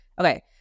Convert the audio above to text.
Okay